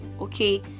okay